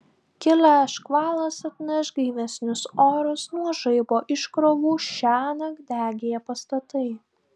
kilęs škvalas atneš gaivesnius orus nuo žaibo iškrovų šiąnakt degė pastatai